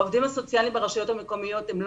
העובדים הסוציאליים ברשויות המקומיות לא